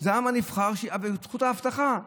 העם הנבחר וזכות ההבטחה.